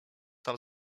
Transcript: tam